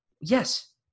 yes